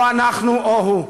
”או אנחנו או הוא”,